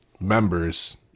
members